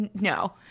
No